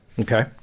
Okay